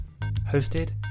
hosted